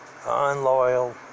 unloyal